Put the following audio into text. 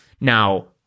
Now